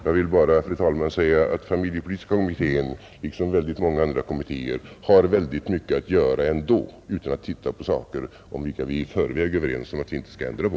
Jag vill bara säga, fru talman, att familjepolitiska kommittén liksom många andra kommittéer har väldigt mycket att göra ändå, utan att titta på saker vilka vi i förväg är överens om att vi inte skall ändra på.